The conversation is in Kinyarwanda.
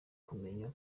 kumenya